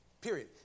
period